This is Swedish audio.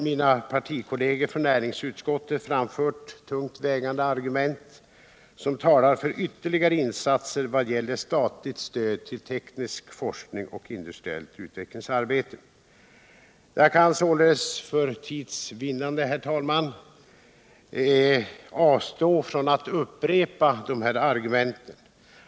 Mina partikamrater i näringsutskottet har framfört tungt vägande argument för ytterligare insatser vad gäller statligt stöd till teknisk forskning och industriellt utvecklingsarbete. Jag kan således för tids vinnande avstå från att upprepa de argumenten.